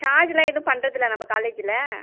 சார்ஜுலாம் எதுவும் பண்ணுறதில்ல நம்ம காலேஜில்